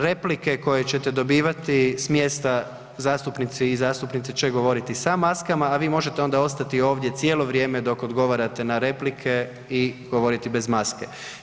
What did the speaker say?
Replike koje ćete dobivati s mjesta zastupnice i zastupnici će govoriti sa maskama, a vi onda možete ostati ovdje cijelo vrijeme dok odgovarate na replike i govoriti bez maske.